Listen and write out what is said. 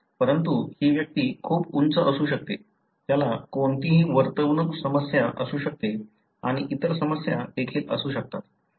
परंतु ही व्यक्ती खूप उंच असू शकते त्याला कोणतीही वर्तणूक समस्या असू शकते आणि इतर समस्या देखील असू शकतात